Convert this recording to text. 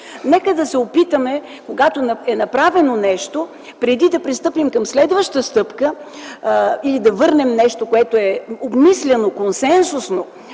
Нека да се опитаме, когато е направено нещо преди да пристъпим към следваща стъпка или да върнем нещо, което е обмисляно консенсусно